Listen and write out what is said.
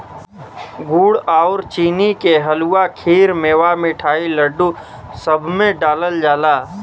गुड़ आउर चीनी के हलुआ, खीर, मेवा, मिठाई, लड्डू, सब में डालल जाला